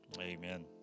Amen